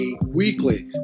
weekly